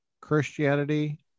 christianity